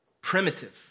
primitive